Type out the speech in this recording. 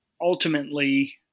ultimately